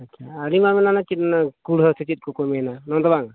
ᱟᱪᱪᱷᱟ ᱟᱹᱞᱤᱧᱢᱟ ᱚᱱᱮ ᱚᱱᱟ ᱠᱩᱲᱦᱟᱹ ᱠᱚ ᱥᱮ ᱪᱮᱫ ᱠᱚᱠᱚ ᱢᱮᱱᱟ